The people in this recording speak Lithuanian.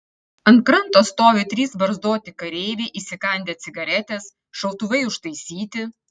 ant kranto stovi trys barzdoti kareiviai įsikandę cigaretes šautuvai užtaisyti